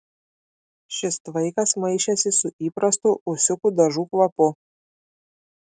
šis tvaikas maišėsi su įprastu ūsiukų dažų kvapu